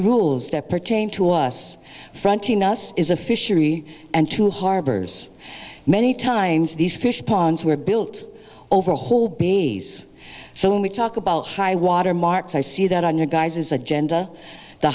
rules that pertain to us fronting us is a fishery and to harbors many times these fish ponds were built over a whole being so when we talk about high water marks i see that on your guises agenda the